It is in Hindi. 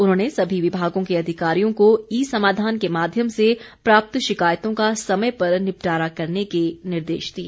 उन्होंने सभी विभागों के अधिकारियों को ई समाधान के माध्यम से प्राप्त शिकायतों का समय पर निपटारा करने के निर्देश दिए